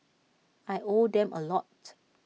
I owe them A lot